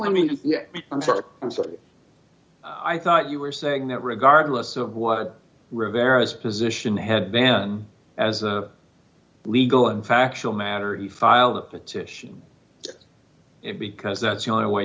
me i'm sorry i'm sorry i thought you were saying that regardless of what rivera's position had then as a legal and factual matter he filed a petition and because that's the only way